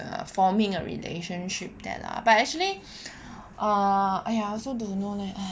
forming a relationship there lah but actually ah !aiya! I also don't know leh